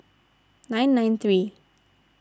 nine nine three